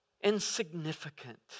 insignificant